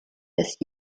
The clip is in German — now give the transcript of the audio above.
des